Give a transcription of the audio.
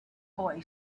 boy